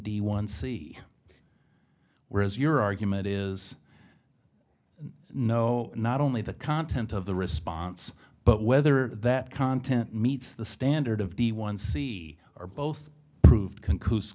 d one c whereas your argument is know not only the content of the response but whether that content meets the standard of the one c or both proved conclusi